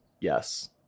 Yes